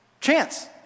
chance